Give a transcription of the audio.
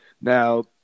Now